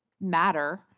matter